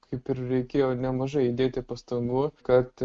kaip ir reikėjo nemažai įdėti pastangų kad